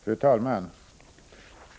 Fru talman!